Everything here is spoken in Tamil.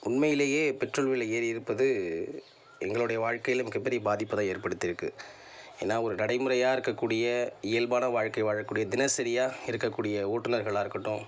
உண்மையிலேயே பெட்ரோல் விலை ஏறியிருப்பது எங்களுடைய வாழ்க்கையில் மிகப்பெரிய பாதிப்பைதான் ஏற்படுத்தியிருக்கு ஏன்னால் ஒரு நடைமுறையாக இருக்கக்கூடிய இயல்பான வாழ்க்கை வாழக்கூடிய தினசரியாக இருக்கக்கூடிய ஓட்டுநர்களாக இருக்கட்டும்